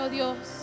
Dios